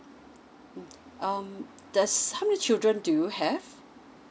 mm um does how many children do you have